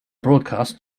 broadcast